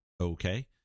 okay